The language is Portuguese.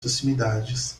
proximidades